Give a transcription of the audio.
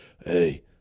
hey